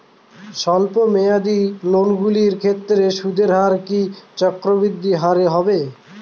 স্বল্প মেয়াদী লোনগুলির ক্ষেত্রে সুদের হার কি চক্রবৃদ্ধি হারে হবে?